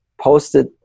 posted